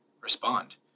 respond